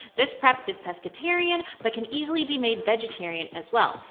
this prep is pescatarian, but can easily be made vegetarian as well.